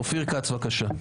אופיר כץ, בבקשה.